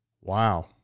wow